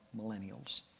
millennials